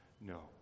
no